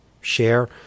share